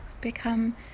become